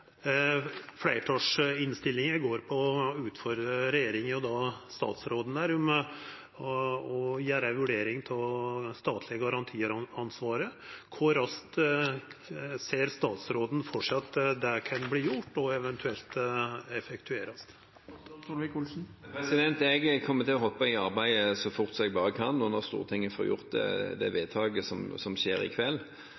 Fleirtalsinnstillinga går på å utfordra regjeringa og statsråden på å få ei vurdering av det statlege garantiansvaret. Kor raskt ser statsråden for seg at det kan verta gjort og eventuelt verta effektuert? Jeg kommer til å hoppe i det arbeidet så fort som jeg bare kan, når Stortinget får gjort det